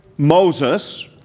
Moses